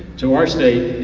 to our state,